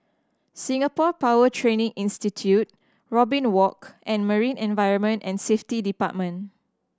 Singapore Power Training Institute Robin Walk and Marine Environment and Safety Department